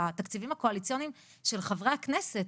בתקציבים הקואליציוניים של חברי הכנסת.